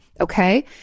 Okay